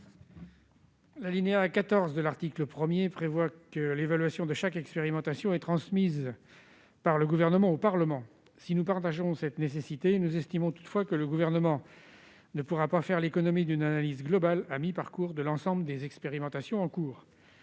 L'alinéa 14 prévoit que l'évaluation de chaque expérimentation est transmise par le Gouvernement au Parlement. Si nous partageons cette ambition, nous estimons toutefois que le Gouvernement ne pourra pas faire l'économie d'une analyse globale, à mi-parcours, de l'ensemble des expérimentations en cours.